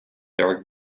dark